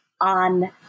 on